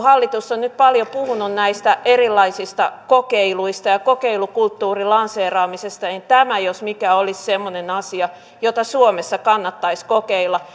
hallitus on nyt paljon puhunut näistä erilaisista kokeiluista ja kokeilukulttuurin lanseeramisesta niin tämä jos mikä olisi semmoinen asia jota suomessa kannattaisi kokeilla